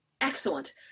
Excellent